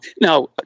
now